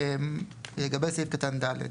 לגבי סעיף קטן (ד).